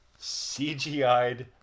CGI'd